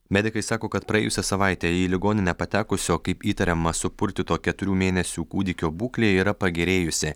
medikai sako kad praėjusią savaitę į ligoninę patekusio kaip įtariama supurtyto keturių mėnesių kūdikio būklė yra pagerėjusi